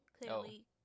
clearly